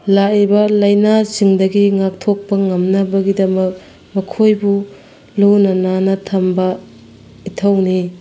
ꯂꯥꯛꯏꯕ ꯂꯥꯏꯅꯥꯁꯤꯡꯗꯒꯤ ꯉꯥꯛꯊꯣꯛꯄ ꯉꯝꯅꯕꯒꯤꯗꯃꯛ ꯃꯈꯣꯏꯕꯨ ꯂꯨꯅ ꯅꯥꯟꯅ ꯊꯝꯕ ꯏꯊꯧꯅꯤ